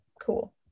cool